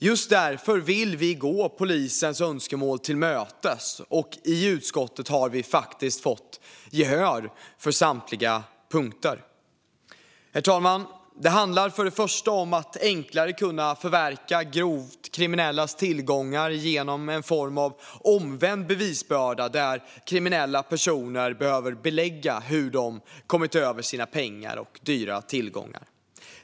Just därför vill vi gå polisens önskemål till mötes, och i utskottet har vi faktiskt fått gehör för samtliga punkter. Herr talman! Det handlar för det första om att enklare kunna förverka grovt kriminellas tillgångar genom en form av omvänd bevisbörda, där kriminella personer behöver belägga hur de har kommit över sina pengar och dyra tillgångar.